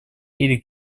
или